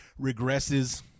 regresses